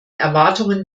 erwartungen